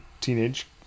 teenage